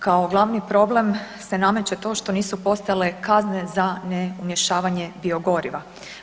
Kao glavni problem se nameće to što nisu postojale kazne za neumješavanje biogoriva.